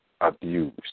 abused